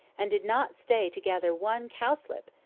and did not stay to gather one cowslip,